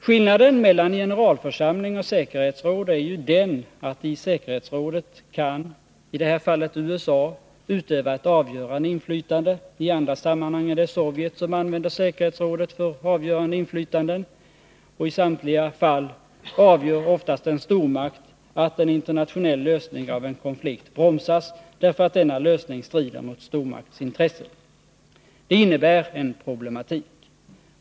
Skillnaden mellan generalförsamling och säkerhetsråd är ju den att i säkerhetsrådet kan i det här fallet USA utöva ett avgörande inflytande. I andra sammanhang är det Sovjet som använder säkerhetsrådet för avgörande inflytanden. I samtliga fall avgör oftast en stormakt att en internationell lösning av en konflikt bromsas, därför att denna lösning strider mot stormaktsintressen. Det innebär en problematik.